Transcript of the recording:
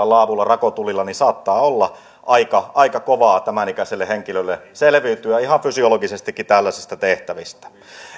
laavulla rakotulilla niin saattaa olla aika aika kovaa tämänikäiselle henkilölle selviytyä ihan fysiologisestikin tällaisista tehtävistä